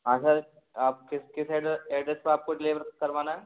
हाँ सर आपके किस एड्रेस पर आपको डिलीवर करवाना है